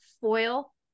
foil